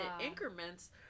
increments